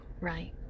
Right